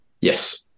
Yes